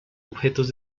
objetos